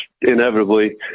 inevitably